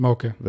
Okay